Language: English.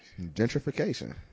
Gentrification